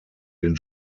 den